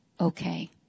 okay